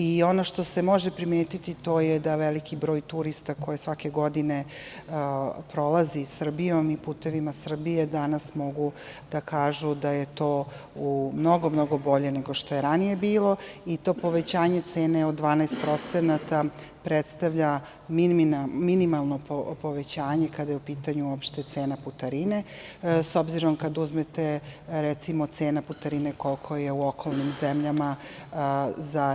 I, ono što se može primetiti to je da veliki broj turista koji svake godine prolazi Srbijom i putevima Srbije, danas mogu da kažu da je to mnogo, mnogo bolje nego što je ranije bilo i to povećanje cene od 12% predstavlja minimalno povećanje kada je u pitanju opšta cena putarine, s obzirom kada uzmete, recimo, cena putarine koliko je u okolnim zemljama